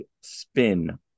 Spin